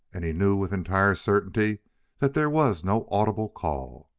and he knew with entire certainty that there was no audible call,